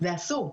זה אסור.